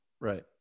Right